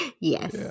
yes